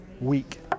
week